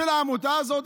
של העמותה הזאת?